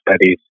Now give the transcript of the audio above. studies